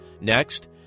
Next